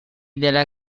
della